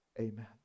amen